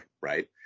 right